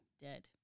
Dead